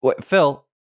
Phil